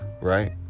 Right